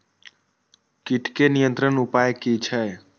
कीटके नियंत्रण उपाय कि छै?